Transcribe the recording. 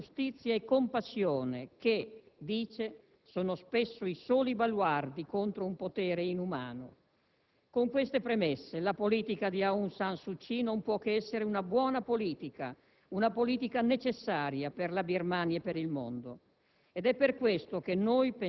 con i suoi valori di verità, giustizia e compassione che, dice, "sono spesso i soli baluardi contro un potere inumano". Con queste premesse la politica di Aung San Suu Kyi non può che essere una buona politica. Una politica necessaria per la Birmania e per il mondo.